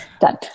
Done